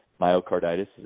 myocarditis